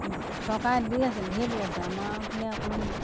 চৰকাৰে দি আছে ঢ়েৰ দি আছে আমাৰ ফালে অকণমান